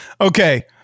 Okay